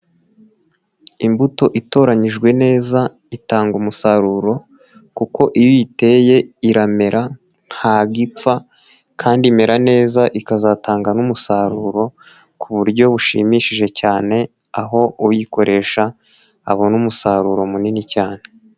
Imbuto itoranyijwe neza itanga umusaruro kuko iyo uyiteye iramera, ntago ipfa kandi imera neza ikazatanga n'umusaruro ku buryo bushimishije cyane, aho uyikoresha abona umusaruro munini cyane.